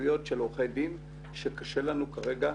התייחסויות של עורכי דין שקשה לנו כרגע